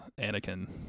Anakin